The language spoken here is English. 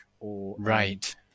Right